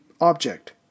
object